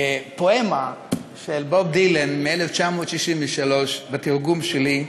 פואמה של בוב דילן מ-1963 בתרגום שלי,